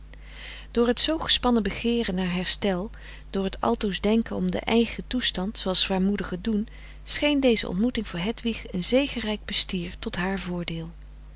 door het zoo gespannen begeeren naar herstel door het altoos denken om den eigen toestand zooals zwaarmoedigen doen scheen deze ontmoeting voor hedwig een zegenrijk bestier tot haar voordeel